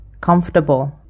comfortable